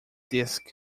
disk